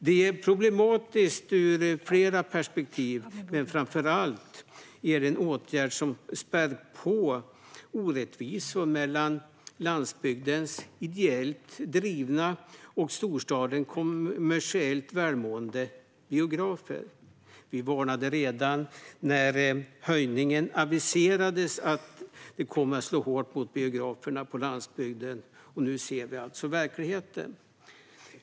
Det är problematiskt ur flera perspektiv, men framför allt är det en åtgärd som spär på orättvisorna mellan landsbygdens ideellt drivna biografer och storstadens kommersiellt välmående biografer. Vi varnade redan när höjningen aviserades att den skulle komma att slå hårt mot biograferna på landsbygden, och nu ser vi alltså verkligheten.